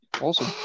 Awesome